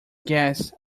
guess